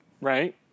right